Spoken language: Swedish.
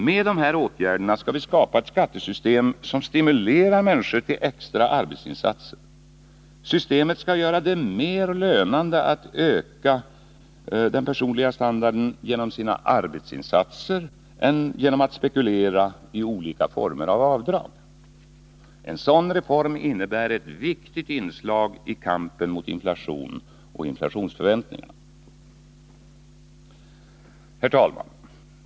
Med de här åtgärderna skall vi skapa ett skattesystem som stimulerar människor till extra arbetsinsatser. Systemet skall göra det mer lönande för medborgarna att öka den personliga standarden genom sina arbetsinsatser än genom att spekulera i olika former av avdrag. En sådan reform innebär ett viktigt inslag i kampen mot inflationen och inflationsförväntningarna. Herr talman!